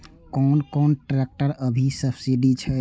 कोन कोन ट्रेक्टर अभी सब्सीडी छै?